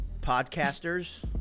podcasters